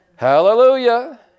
Hallelujah